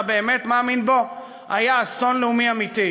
באמת מאמין בו הייתה אסון לאומי אמיתי.